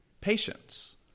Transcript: patience